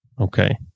Okay